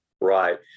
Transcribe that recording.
Right